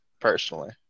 personally